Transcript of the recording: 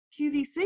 QVC